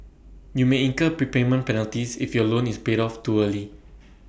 you may incur prepayment penalties if your loan is paid off too early